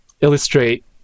illustrate